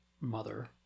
mother